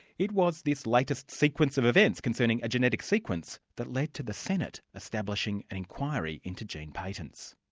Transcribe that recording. it was this latest sequence of events concerning a genetic sequence that led to the senate establishing an inquiry into gene patents.